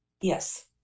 Yes